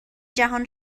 جهان